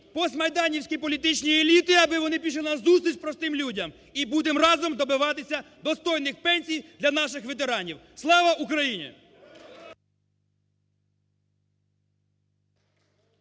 постмайданівські політичні еліти аби вони пішли на зустріч простим людям і будемо разом добиватися достойних пенсій для наших ветеранів. Слава Україні!